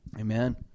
Amen